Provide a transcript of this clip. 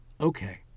okay